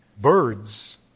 Birds